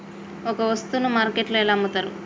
ఒక వస్తువును మార్కెట్లో ఎలా అమ్ముతరు?